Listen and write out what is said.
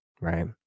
right